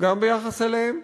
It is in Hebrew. גם ביחס אליהם.